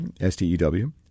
S-T-E-W